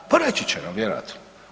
Pa reći će nam vjerojatno.